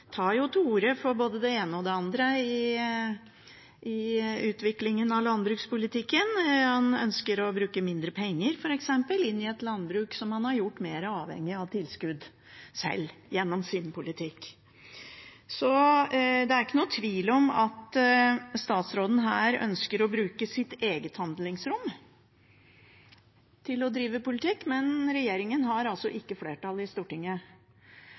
tar til orde for både det ene og det andre i utviklingen av landbrukspolitikken, han ønsker å bruke mindre penger f.eks., inn i et landbruk som han sjøl gjennom sin politikk har gjort mer avhengig av tilskudd. Så det er ikke noen tvil om at statsråden ønsker å bruke sitt eget handlingsrom til å drive politikk, men regjeringen har altså ikke flertall i Stortinget